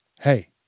Hey